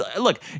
Look